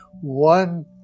one